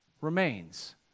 remains